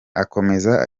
akomeza